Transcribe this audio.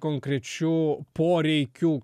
konkrečių poreikių